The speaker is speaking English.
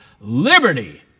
liberty